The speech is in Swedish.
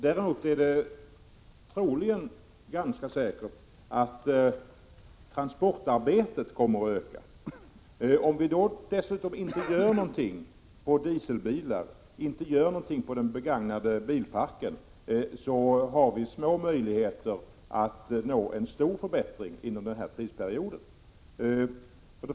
Däremot är det mycket troligt att transportarbetet kommer att öka. Om vi då inte gör någonting åt dieselbilarna och inte gör någonting åt de begagnade bilarna har vi små möjligheter att uppnå en stor förbättring inom den här tidsperioden.